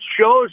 shows